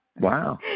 wow